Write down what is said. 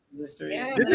History